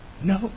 No